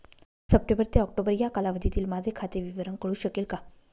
September ते ऑक्टोबर या कालावधीतील माझे खाते विवरण कळू शकेल का?